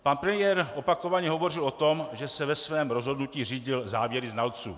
Pan premiér opakovaně hovořil o tom, že se ve svém rozhodnutí řídil závěry znalců.